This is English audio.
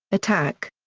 attack!